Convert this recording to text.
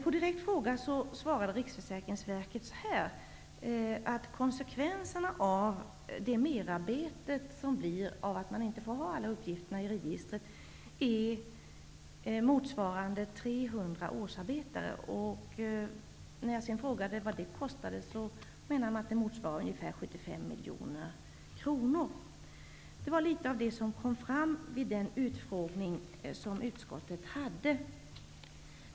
På direkt fråga svarade Riksförsäkringsverkets representant att det merarbete som följer av att man inte får ha alla uppgifter i registret motsvarar 300 årsarbeten. Man menade att det motsvarar ungefär 75 miljoner kronor. Detta var något av det som kom fram vid den utfrågning som utskottet hade.